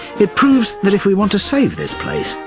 it proves that if we want to save this place,